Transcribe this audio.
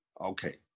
Okay